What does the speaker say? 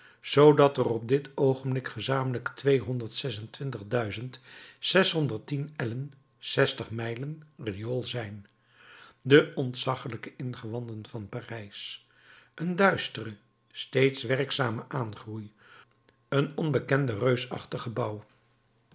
zoodat er op dit oogenblik gezamenlijk tweehonderd zes-en-twintig duizend zes honderd tien ellen zestig mijlen riool zijn de ontzaggelijke ingewanden van parijs een duistere steeds werkzame aangroei een onbekende reusachtige bouw